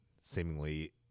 seemingly